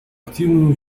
активное